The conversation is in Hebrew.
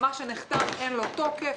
מה שנחתם אין לו תוקף.